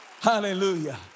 Hallelujah